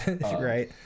Right